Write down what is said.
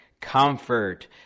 comfort